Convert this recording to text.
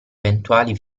eventuali